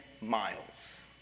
miles